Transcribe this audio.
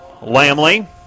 Lamley